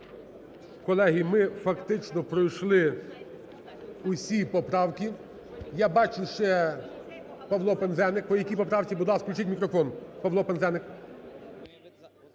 Колеги, ми фактично пройшли усі поправки. Я бачу ще Павло Пинзеник, по якій поправці? Будь ласка, включіть мікрофон. Павло Пинзеник.